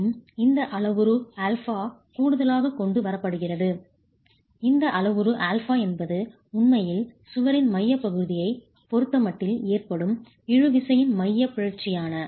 மேலும் இந்த அளவுரு α கூடுதலாக கொண்டு வரப்படுகிறது இந்த அளவுரு α என்பது உண்மையில் சுவரின் மையப்பகுதியைப் பொறுத்தமட்டில் ஏற்படும் இழு விசையின் மையப் பிறழ்ச்சியான